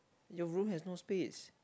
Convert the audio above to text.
your room has no space